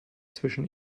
zwischen